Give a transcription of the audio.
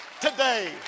today